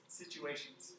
situations